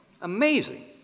Amazing